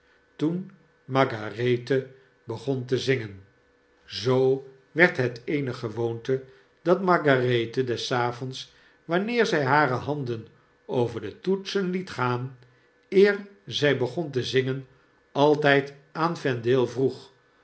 toen margarethe begon te zingen zoo werd het eene gewoonte dat margarethe des avonds wanneer zij hare handen over de toetsen liet gaan eer zij begon te zingen altijd aan vendale vroeg